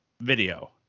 video